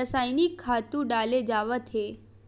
रसायनिक खातू डाले जावत हे